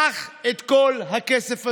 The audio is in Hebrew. קח את כל הכסף הזה,